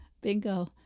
Bingo